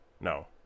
No